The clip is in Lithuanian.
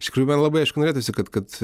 iš tikrųjų man labai aišku norėtųsi kad kad